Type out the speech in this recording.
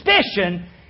suspicion